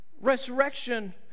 resurrection